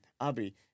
Abby